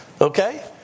okay